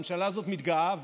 הממשלה הזאת מתגאה,